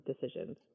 decisions